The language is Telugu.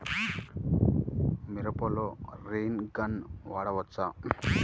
మిరపలో రైన్ గన్ వాడవచ్చా?